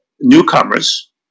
newcomers